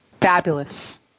Fabulous